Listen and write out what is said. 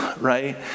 right